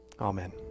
Amen